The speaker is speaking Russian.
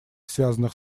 связанных